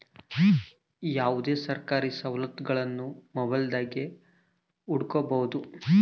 ಯಾವುದೇ ಸರ್ಕಾರಿ ಸವಲತ್ತುಗುಳ್ನ ಮೊಬೈಲ್ದಾಗೆ ಹುಡುಕಬೊದು